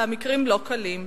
והמקרים לא קלים.